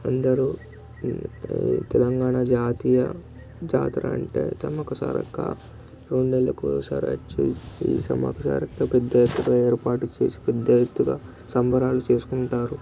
అందరు తెలంగాణా జాతీయ జాతర అంటే సమ్మక్క సారక్క రెండేళ్ళకు ఒక్కసారి వచ్చే ఈ సమ్మక్క సారక్క పెద్ద ఎత్తున ఏర్పాటు చేసి పెద్ద ఎత్తుగా సంబరాలు చేసుకుంటారు